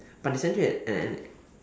but they sent you at ten eh